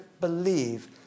believe